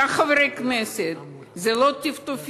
כך, חברי הכנסת, זה לא טפטופים.